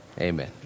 amen